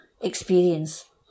experience